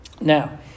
Now